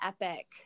epic